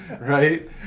right